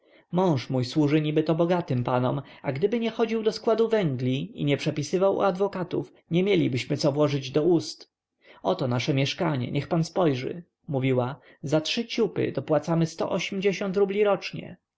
mąż mój służy nibyto bogatym panom a gdyby nie chodził do składu węgli i nie przepisywał u adwokatów nie mielibyśmy co włożyć w usta oto nasze mieszkanie niech pan spojrzy mówiła za trzy ciupy dopłacamy sto ośmdziesiąt rubli rocznie